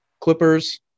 Clippers